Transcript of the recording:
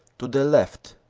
to the left,